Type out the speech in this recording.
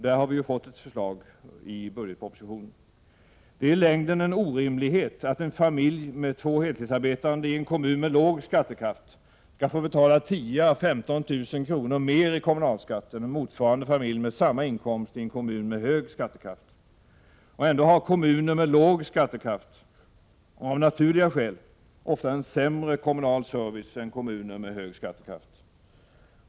Det finns nu ett sådant förslag i budgetpropositionen. Det är i längden en orimlighet att en familj med två heltidsarbetande i en kommun med låg skattekraft skall betala 10 000-15 000 kr. mer i kommunalskatt än en motsvarande familj med samma inkomst i en kommun med hög skattekraft. Ändå har kommuner med låg skattekraft av naturliga skäl ofta en sämre kommunal service än kommuner med hög skattekraft.